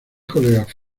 colegas